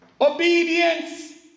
obedience